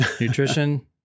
nutrition